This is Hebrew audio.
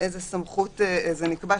איזו סמכות אפשר